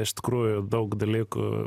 iš tikrųjų daug dalykų